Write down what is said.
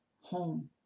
home